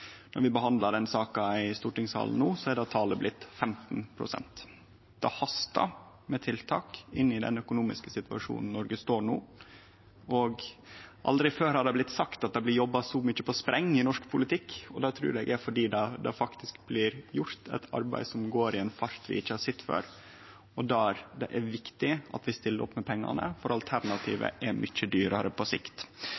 Når vi behandlar denne saka i stortingssalen no, er det talet blitt 15 pst. Det hastar med tiltak i den økonomiske situasjonen Noreg står i no. Aldri har det blitt sagt så mange gonger at det blir jobba på spreng i norsk politikk. Det trur eg er fordi det faktisk blir gjort eit arbeid som går i ei fart vi ikkje har sett før, og det er viktig at vi stiller opp med pengane, for